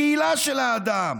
הקהילה של האדם.